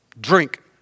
Drink